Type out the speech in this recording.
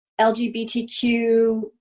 LGBTQ